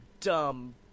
dumb